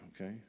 okay